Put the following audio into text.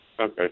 Okay